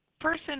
person